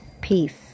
Peace